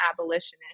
abolitionist